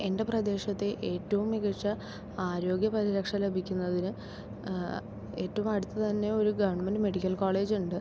എൻ്റെ പ്രദേശത്തെ ഏറ്റവും മികച്ച ആരോഗ്യപരിരക്ഷ ലഭിക്കുന്നതിന് ഏറ്റവും അടുത്ത് തന്നെ ഒരു ഗവൺമെൻറ് മെഡിക്കൽ കോളേജുണ്ട്